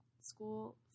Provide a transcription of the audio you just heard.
school